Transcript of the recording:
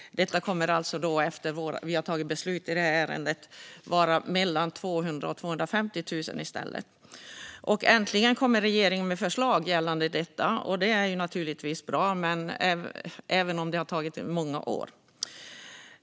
Detta kommer efter att vi har tagit beslut i det här ärendet i stället att bli mellan 200 000 och 250 000. Äntligen kommer regeringen med förslag gällande detta. Det är naturligtvis bra, även om det har tagit många år.